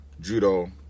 judo